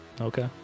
Okay